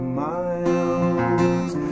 miles